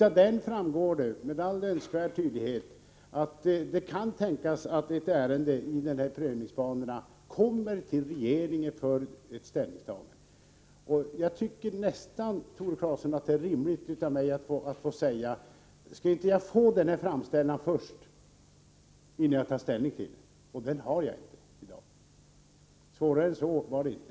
Av den framgår emellertid med all önskvärd tydlighet att det kan tänkas att ett ärende kommer till regeringen för ställningstagande. Jag tycker nästan att det är rimligt att jag får säga att jag vill få denna framställning först, innan jag tar ställning till den. Den har jag inte i dag — svårare än så var det inte.